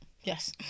Yes